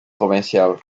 provincial